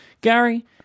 Gary